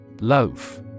Loaf